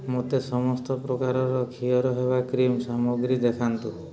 ମୋତେ ସମସ୍ତ ପ୍ରକାରର ଖିଅର ହେବା କ୍ରିମ୍ ସାମଗ୍ରୀ ଦେଖାନ୍ତୁ